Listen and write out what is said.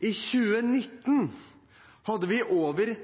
I 2019 hadde vi over